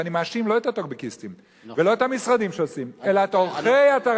ואני מאשים לא את הטוקבקיסטים ולא את המשרדים שעושים אלא את עורכי אתרי